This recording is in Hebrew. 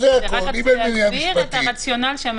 רצינו להבהיר את הרציונל.